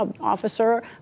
officer